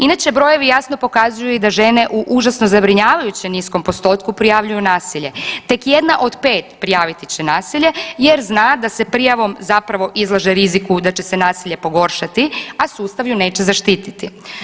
Inače brojevi jasno pokazuju i da žene u užasno zabrinjavajuće niskom postotku prijavljuju nasilje, tek jedna od pet prijaviti će nasilje jer zna da se prijavom zapravo izlaže riziku da će se nasilje pogoršati, a sustav ju neće zaštititi.